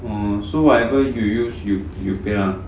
oh so whatever you use you you pay lah